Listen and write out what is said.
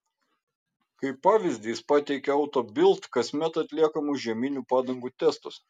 kaip pavyzdį jis pateikė auto bild kasmet atliekamus žieminių padangų testus